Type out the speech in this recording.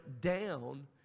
down